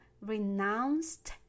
renounced